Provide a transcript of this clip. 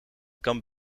kan